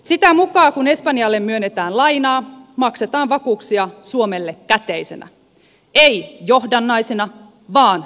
sitä mukaa kuin espanjalle myönnetään lainaa maksetaan vakuuksia suomelle käteisenä ei johdannaisina vaan käteisenä